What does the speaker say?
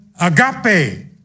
agape